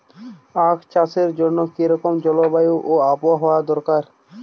আখ চাষের জন্য কি রকম জলবায়ু ও আবহাওয়া দরকার?